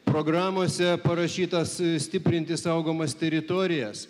programose parašytas stiprinti saugomas teritorijas